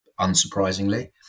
unsurprisingly